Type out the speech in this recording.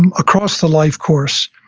and across the life course.